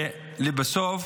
ולבסוף,